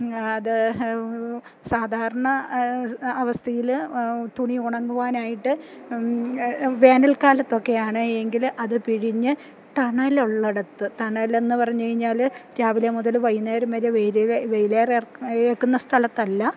അത് സാധാരണ അവസ്ഥയില് തുണി ഉണങ്ങുവാനായിട്ട് വേനൽക്കാലത്തൊക്കെയാണ് എങ്കില് അതു പിഴിഞ്ഞ് തണലുള്ളിടത്ത് തണലെന്നു പറഞ്ഞുകഴിഞ്ഞാല് രാവിലെ മുതല് വൈകുന്നേരം വരെ വെയിലേറെ ഏല്ക്കുന്ന സ്ഥലത്തല്ല